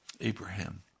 Abraham